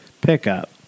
Pickup